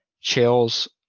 chills